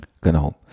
Genau